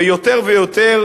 ויותר ויותר